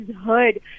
heard